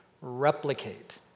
replicate